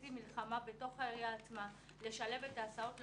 מלחמה בתוך העירייה עצמה לשלב את ההסעות.